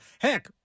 Heck